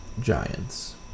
Giants